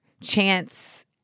chance